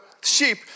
sheep